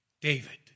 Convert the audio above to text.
David